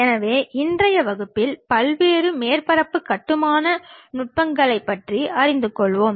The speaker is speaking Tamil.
எனவே இன்றைய வகுப்பில் பல்வேறு மேற்பரப்பு கட்டுமான நுட்பங்களைப் பற்றி அறிந்து கொள்வோம்